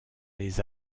les